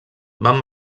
van